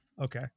Okay